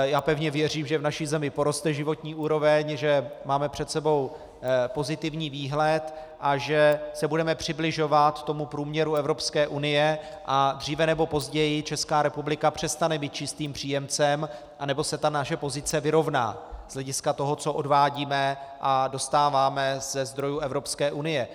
Já pevně věřím, že v naší zemi poroste životní úroveň, že máme před sebou pozitivní výhled a že se budeme přibližovat průměru Evropské unie, dříve nebo později Česká republika přestane být čistým příjemcem nebo se naše pozice vyrovná z hlediska toho, co odvádíme a dostáváme ze zdrojů Evropské unie.